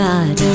God